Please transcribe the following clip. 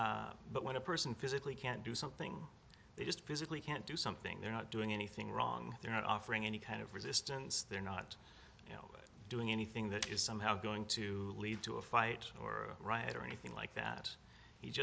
kind but when a person physically can't do something they just physically can't do something they're not doing anything wrong they're not offering any kind of resistance they're not doing anything that is somehow going to lead to a fight or riot or anything like that he